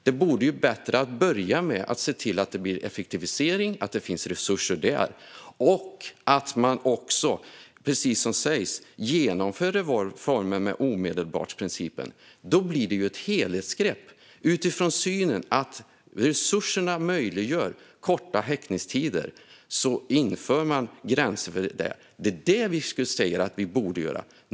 Det vore bättre att börja med att se till att det blir en effektivisering och finns resurser där och att man också, precis som sägs, genomför reformer i fråga om omedelbarhetsprincipen. Då blir det ett helhetsgrepp utifrån synen att resurserna möjliggör korta häktningstider. Då inför man gränser för det. Det är det som vi säger borde göras.